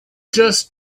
just